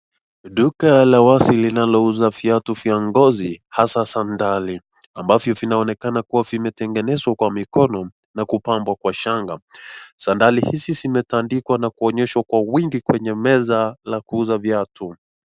Duka la wazi linalo uza viatu vya ngozi hasa zadali ambavyo vinaonekana kuwa vimetengenezwa kwa mikono na kupambwa kwa shanga. Zadali hizi zimetandikwa na kuonyeshwa kwa wingi kwenye meza la kuuza viatu.